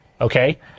okay